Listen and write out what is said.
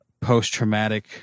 post-traumatic